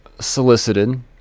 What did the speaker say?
solicited